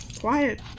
Quiet